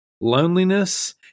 loneliness